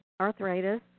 arthritis